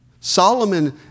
Solomon